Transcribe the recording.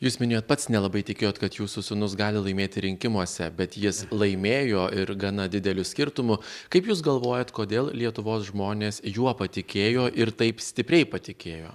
jūs minėjot pats nelabai tikėjot kad jūsų sūnus gali laimėti rinkimuose bet jis laimėjo ir gana dideliu skirtumu kaip jūs galvojat kodėl lietuvos žmonės juo patikėjo ir taip stipriai patikėjo